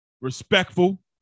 respectful